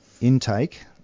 intake